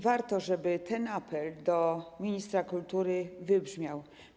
Warto, żeby ten apel do ministra kultury wybrzmiał.